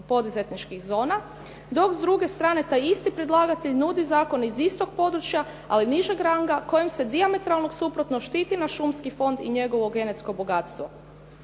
poduzetničkih zona dok s druge strane taj isti predlagatelj nudi zakon iz istog područja ali nižeg ranga kojim se dijametralno suprotno štiti naš šumski fond i njegovo genetsko bogatstvo.